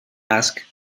ask